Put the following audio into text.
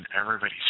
everybody's